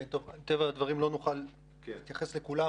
מטבע הדברים לא אוכל להתייחס להכול.